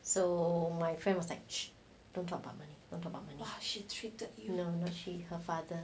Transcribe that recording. so my friend was like don't talk about money don't talk about money not she her father